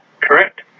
Correct